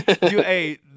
hey